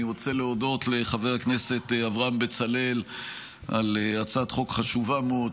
אני רוצה להודות לחבר הכנסת אברהם בצלאל על הצעת חוק חשובה מאוד,